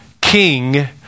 king